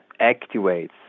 activates